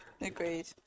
Agreed